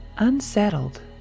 Unsettled